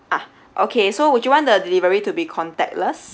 ah okay so would you want the delivery to be contactless